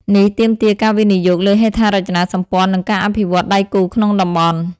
នេះទាមទារការវិនិយោគលើហេដ្ឋារចនាសម្ព័ន្ធ និងការអភិវឌ្ឍដៃគូក្នុងតំបន់។